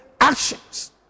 actions